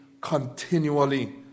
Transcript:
continually